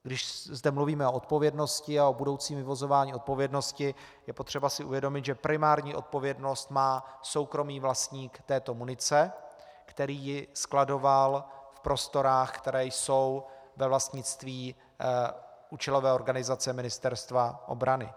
Když zde mluvíme o odpovědnosti a o budoucím vyvozování odpovědnosti, je potřeba si uvědomit, že primární odpovědnost má soukromý vlastník této munice, který ji skladoval v prostorách, které jsou ve vlastnictví účelové organizace Ministerstva obrany.